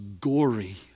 gory